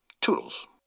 toodles